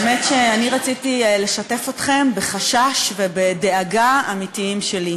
האמת היא שאני רציתי לשתף אתכם בחשש ובדאגה אמיתיים שלי.